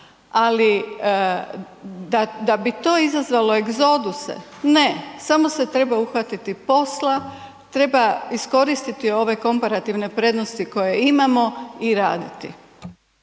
ali da bi to izazvalo egzoduse ne, samo se treba uhvatiti posla, treba iskoristiti ove komparativne prednosti koje imamo i raditi.